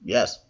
Yes